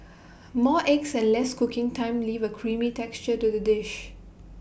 more eggs and less cooking time leave A creamy texture to the dish